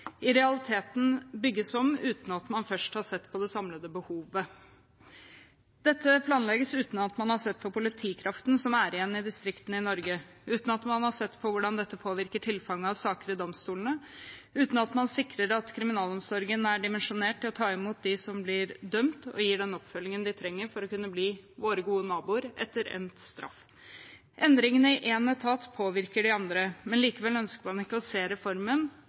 i realiteten bygges om uten at man først har sett på det samlede behovet. Dette planlegges uten at man har sett på politikraften som er igjen i distriktene i Norge, uten at man har sett på hvordan dette påvirker tilfanget av saker i domstolene, og uten at man sikrer at kriminalomsorgen er dimensjonert til å ta imot dem som blir dømt og gi dem den oppfølgingen de trenger for å kunne bli våre gode naboer etter endt straff. Endringene i én etat påvirker de andre, men likevel ønsker man ikke å se